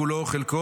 כולו או חלקו,